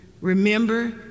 Remember